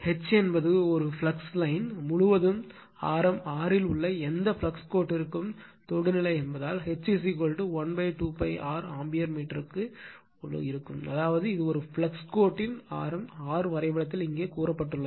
H என்பது ஒரு flux line முழுவதும் ஆரம் r இல் உள்ள எந்த ஃப்ளக்ஸ் கோட்டிற்கும் தொடுநிலை என்பதால் H I 2 π r ஆம்பியர்மீட்டருக்கு அதாவது இது ஒரு ஃப்ளக்ஸ் கோட்டின் ஆரம் r வரைபடத்தில் இங்கே கூறப்பட்டு உள்ளது